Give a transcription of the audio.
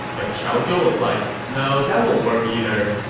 but qiao zhou was like, no, that won't work either.